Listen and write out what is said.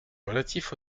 relatif